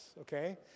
okay